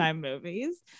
movies